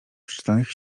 przeczytanych